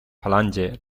falange